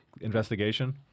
investigation